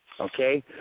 Okay